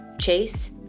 Chase